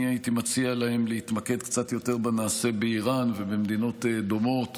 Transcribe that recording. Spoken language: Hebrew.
אני הייתי מציע להם להתמקד קצת יותר בנעשה באיראן ובמדינות דומות,